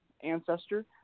ancestor